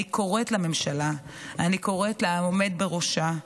אני קוראת לממשלה, אני קוראת לעומד בראשה,